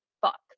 fuck